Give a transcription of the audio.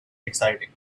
exciting